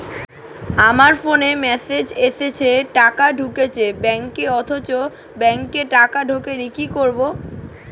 আমার ফোনে মেসেজ এসেছে টাকা ঢুকেছে ব্যাঙ্কে অথচ ব্যাংকে টাকা ঢোকেনি কি করবো?